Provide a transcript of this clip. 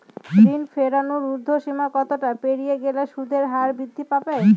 ঋণ ফেরানোর উর্ধ্বসীমা কতটা পেরিয়ে গেলে সুদের হার বৃদ্ধি পাবে?